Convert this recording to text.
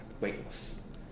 weightless